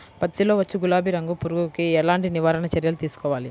పత్తిలో వచ్చు గులాబీ రంగు పురుగుకి ఎలాంటి నివారణ చర్యలు తీసుకోవాలి?